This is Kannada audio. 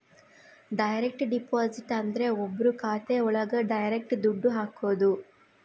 ಡೈರೆಕ್ಟ್ ಡೆಪಾಸಿಟ್ ಅಂದ್ರ ಒಬ್ರು ಖಾತೆ ಒಳಗ ಡೈರೆಕ್ಟ್ ದುಡ್ಡು ಹಾಕೋದು